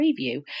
preview